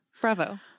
Bravo